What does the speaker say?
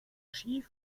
ski